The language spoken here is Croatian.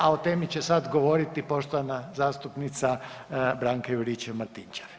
A o temi će sad govoriti poštovana zastupnica Branka Juričev-Martinčev.